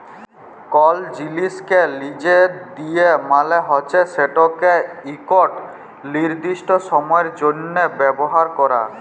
call জিলিসকে লিজে দিয়া মালে হছে সেটকে ইকট লিরদিস্ট সময়ের জ্যনহে ব্যাভার ক্যরা